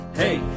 hey